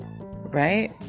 right